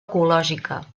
ecològica